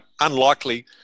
unlikely